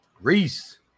Reese